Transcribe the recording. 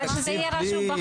אבל שזה יהיה רשום בחוק.